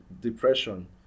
depression